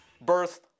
birth